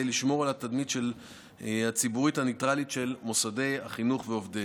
לשמור על התדמית הציבורית הניטרלית של מוסדות החינוך ועובדיהם.